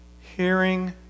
Hearing